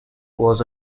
was